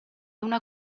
una